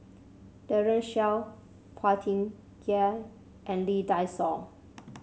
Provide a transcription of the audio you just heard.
Daren Shiau Phua Thin Kiay and Lee Dai Soh